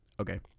Okay